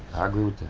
i agree with that.